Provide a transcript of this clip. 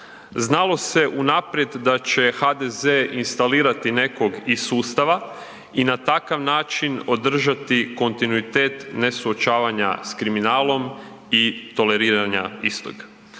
znalo se unaprijed da će HDZ instalirati nekog iz sustava i na takav način održati kontinuitet ne suočavanja s kriminalom i toleriranja istog.